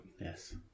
Yes